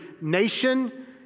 nation